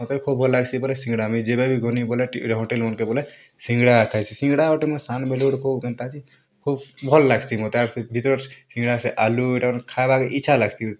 ମତେ ଖୁବ୍ ଭଲ୍ ଲାଗସି ବୋଲେ ସିଙ୍ଗଡ଼ା ମୁଇଁ ଯେବେ ବି ଗଲି ବୋଲେ ହୋଟେଲ୍ ମାନଙ୍କେ ବୋଲେ ସିଙ୍ଗଡ଼ା ଖାଏସି ସିଙ୍ଗଡ଼ା ସାଙ୍ଗ୍ ବୋଲି ଗୋଟେ କେଉଁ କେନ୍ତା ଜି ଖୁବ୍ ଭଲ୍ ଲାଗସି ମତେ ଆର୍ ସେ ଭିତର୍ ସେ ସିଙ୍ଗଡ଼ାର୍ ସେ ଆଲୁ ଏଟାକେ ଖାବାକେ ଇଚ୍ଛା ଲାଗସି